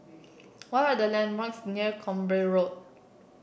what are the landmarks near Camborne Road